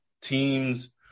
teams